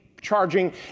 charging